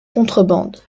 contrebande